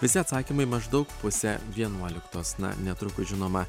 visi atsakymai maždaug pusę vienuoliktos na netrukus žinoma